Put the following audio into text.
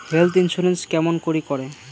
Health insurance কেমন করি করে?